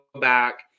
back